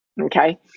okay